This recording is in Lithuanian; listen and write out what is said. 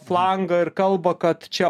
flangą ir kalba kad čia